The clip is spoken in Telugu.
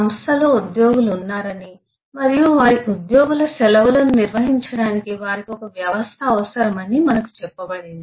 సంస్థలో ఉద్యోగులు ఉన్నారని మరియు వారి ఉద్యోగుల సెలవులను నిర్వహించడానికి వారికి ఒక వ్యవస్థ అవసరమని మనకు చెప్పబడింది